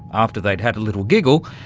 after they'd had a little giggle,